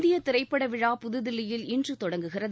இந்திய திரைப்பட விழா புதுதில்லியில் இன்று தொடங்குகிறது